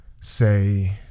say